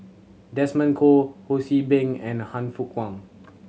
Desmond Kon Ho See Beng and Han Fook Kwang